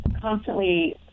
constantly